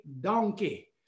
donkey